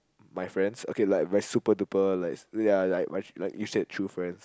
my friends okay like my super duper like ya like you said true friends